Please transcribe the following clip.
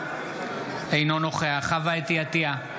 אינו נוכח חוה אתי עטייה,